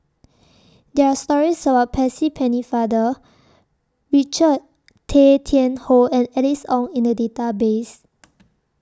There Are stories about Percy Pennefather Richard Tay Tian Hoe and Alice Ong in The Database